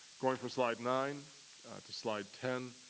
going from slide nine to slide ten,